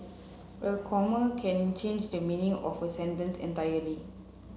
a comma can change the meaning of a sentence entirely